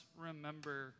remember